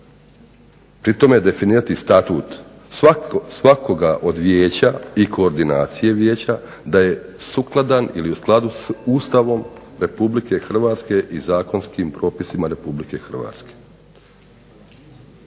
pri tome definirati Statut svakoga od vijeća i koordinacije vijeća da je sukladan ili u skladu s Ustavom RH i zakonskim propisima RH. Ovdje